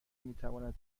میتواند